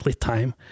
time